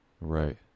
right